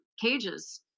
cages